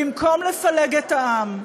במקום לפלג את העם,